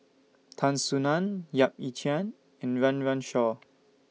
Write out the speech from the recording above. Tan Soo NAN Yap Ee Chian and Run Run Shaw